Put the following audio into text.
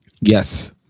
Yes